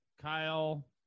Kyle